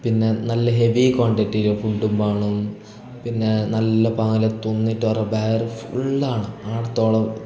പിന്നെ നല്ല ഹെവി കോണ്ടിറ്റീല് ഫുഡ്ഡും വേണോം പിന്നെ നല്ല പാല തുന്നിട്ട് ആറെ ബേറ് ഫുള്ളാവണം ആടത്തോളം